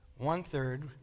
One-third